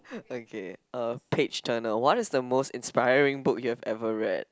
okay uh page turner what is the most inspiring book you have ever read